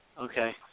Okay